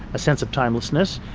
a sense of timelessness,